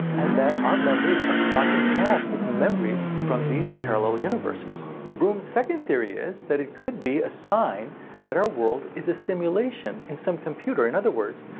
and that our memories are crossing paths with memories from these parallel universes. broome's second theory is that this could be a sign that our world is a simulation in some computer, in other words,